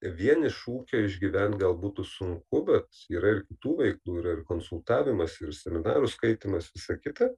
vien iš ūkio išgyvent gal būtų sunku bet yra ir kitų veiklų yra ir konsultavimas ir seminarų skaitymas visa kita